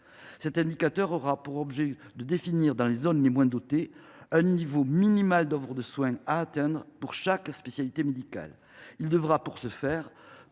Cet indicateur aura également pour objet de définir, dans les zones les moins dotées, un niveau minimal d’offre de soins à atteindre pour chaque spécialité médicale. Il devra pour ce faire